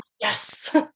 yes